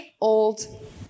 old